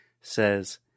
says